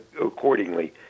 accordingly